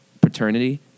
paternity